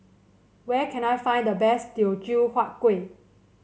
where can I find the best Teochew Huat Kueh